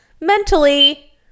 mentally